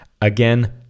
Again